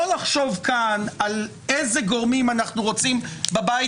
לא לחשוב כאן על איזה גורמים אנחנו רוצים בבית